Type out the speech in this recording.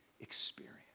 experience